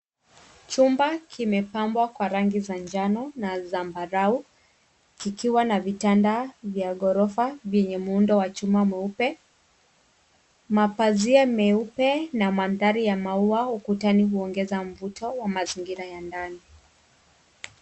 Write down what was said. Chumba kimepambwa kwa rangi za njano na sambarau kikiwa na vitanda vya gorofa venye muundo wa chuma meupe, mapasia meupe na maandari wa maua ukutani uongeza mvuto wa mazingira ya ndani.